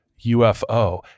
UFO